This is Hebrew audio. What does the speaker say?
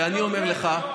ואני אומר לך,